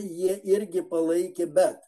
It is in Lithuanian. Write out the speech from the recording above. jie irgi palaikė bet